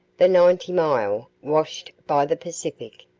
the ninety-mile, washed by the pacific,